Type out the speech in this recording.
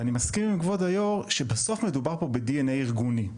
אני מסכים עם כבוד היושב ראש שבסוף מדובר כאן ב-DNA ארגוני.